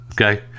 okay